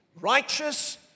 Righteous